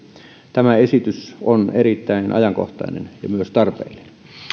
tämä esitys on erittäin ajankohtainen ja myös tarpeellinen